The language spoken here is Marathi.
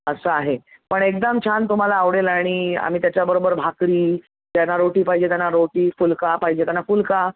असं आहे पण एकदम छान तुम्हाला आवडेल आणि आम्ही त्याच्याबरोबर भाकरी ज्यांना रोटी पाहिजे त्यांना रोटी फुलका पाहिजे त्यांना फुलका